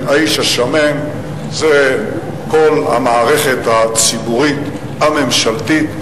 האיש השמן זה כל המערכת הציבורית הממשלתית,